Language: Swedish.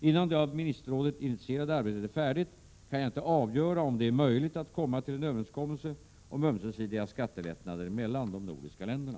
Innan det av Ministerrådet initierade arbetet är färdigt kan jag inte avgöra om det är möjligt att komma till en överenskommelse om ömsesidiga skattelättnader mellan de nordiska länderna.